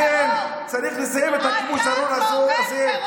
לכן צריך לסיים את הכיבוש הארור הזה,